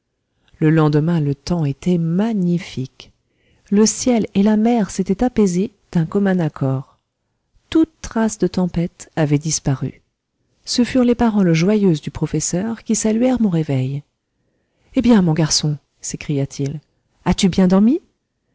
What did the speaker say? le lendemain le temps était magnifique le ciel et la mer s'étaient apaisés d'un commun accord toute trace de tempête avait disparu ce furent les paroles joyeuses du professeur qui saluèrent mon réveil eh bien mon garçon s'écria-t-il as-tu bien dormi